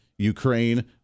Ukraine